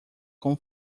com